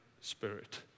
spirit